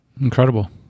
Incredible